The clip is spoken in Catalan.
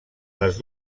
les